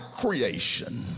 creation